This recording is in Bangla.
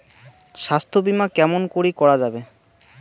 স্বাস্থ্য বিমা কেমন করি করা যাবে?